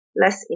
less